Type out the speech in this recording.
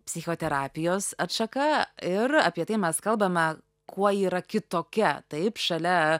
psichoterapijos atšaka ir apie tai mes kalbame kuo ji yra kitokia taip šalia